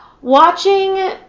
Watching